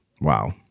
Wow